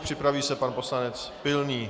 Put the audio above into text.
Připraví se pan poslanec Pilný.